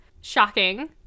shocking